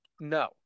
No